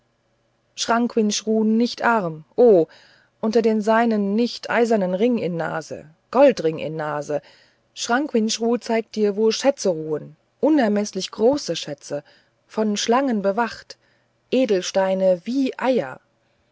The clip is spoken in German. chranquinchru nicht arm o unter den seinen nicht eisernen ring in nase goldring in nase chranquinchru zeigt dir wo schätze ruhen unermeßlich große schätze von schlangen bewacht edelsteine wie eier